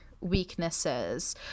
weaknesses